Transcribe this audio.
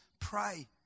pray